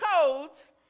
codes